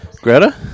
Greta